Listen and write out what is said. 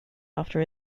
after